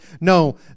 No